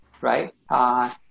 right